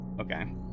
Okay